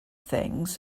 things